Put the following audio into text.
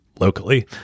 locally